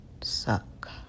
suck